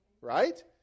Right